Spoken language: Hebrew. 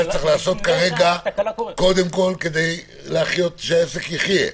את הטיפול הזה צריך לעשות כרגע קודם כל כדי שהעסק יחיה.